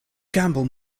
gamble